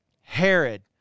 Herod